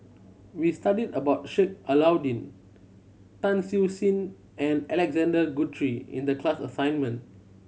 we studied about Sheik Alau'ddin Tan Siew Sin and Alexander Guthrie in the class assignment